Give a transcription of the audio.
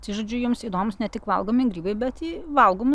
žodžiu jums įdomūs ne tik valgomi grybai bet jį valgome